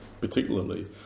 particularly